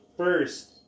First